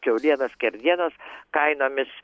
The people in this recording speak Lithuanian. kiaulienos skerdienos kainomis